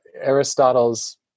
Aristotle's